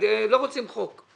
לא רוצים חוק.